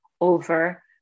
over